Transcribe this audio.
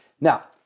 Now